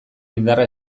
indarra